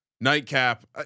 nightcap